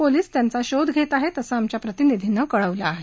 police त्यांचा शोध घेत आहेत असं आमच्या प्रतिनिधीनं कळवलं आहे